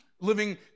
living